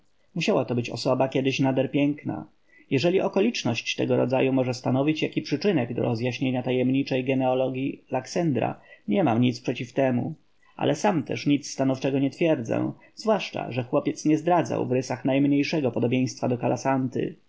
musiała to być osoba kiedyś nader piękna jeżeli okoliczność tego rodzaju może stanowić jaki przyczynek do rozjaśnienia tajemniczej genealogii laksendra nie mam nic przeciw temu ale sam też nic stanowczego nie twierdzę zwłaszcza że chłopiec nie zdradzał w rysach najmniejszego podobieństwa do kalasanty